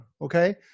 okay